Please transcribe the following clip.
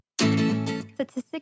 Statistics